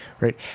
right